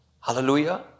Hallelujah